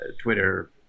Twitter